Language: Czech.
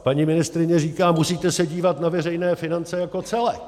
Paní ministryně říká, musíte se dívat na veřejné finance jako celek.